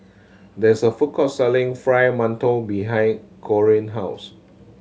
there is a food court selling Fried Mantou behind Corine house